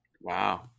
wow